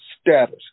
status